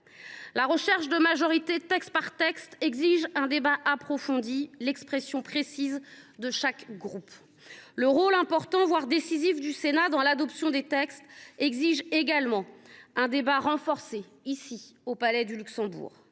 La recherche de majorités texte par texte exige un débat approfondi et l’expression précise de chaque groupe. Le rôle important, voire décisif, du Sénat dans l’adoption des textes exige également que nous ayons ici, au Palais du Luxembourg,